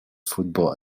football